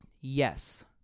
Yes